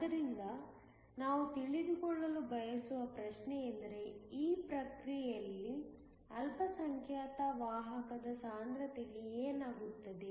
ಆದ್ದರಿಂದ ನಾವು ತಿಳಿದುಕೊಳ್ಳಲು ಬಯಸುವ ಪ್ರಶ್ನೆಯೆಂದರೆ ಈ ಪ್ರಕ್ರಿಯೆಯಲ್ಲಿ ಅಲ್ಪಸಂಖ್ಯಾತ ವಾಹಕದ ಸಾಂದ್ರತೆಗೆ ಏನಾಗುತ್ತದೆ